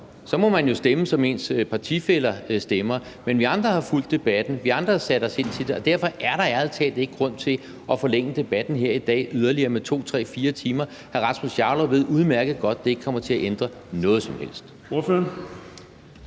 så må man jo stemme, som ens partifæller stemmer. Men vi andre har fulgt debatten, vi andre har sat os ind i det, og derfor er der ærlig talt ikke grund til at forlænge debatten yderligere her i dag med 2, 3, 4 timer. Hr. Rasmus Jarlov ved udmærket godt, at det ikke kommer til at ændre noget som helst.